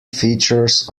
features